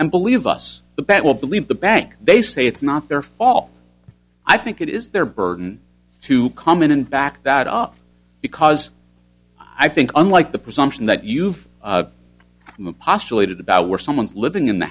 and believe us the best will believe the bank they say it's not their fault i think it is their burden to come in and back that up because i think unlike the presumption that you've postulated about where someone's living in the